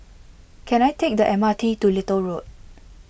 can I take the M R T to Little Road